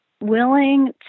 willing